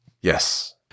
Yes